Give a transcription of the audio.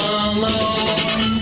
alone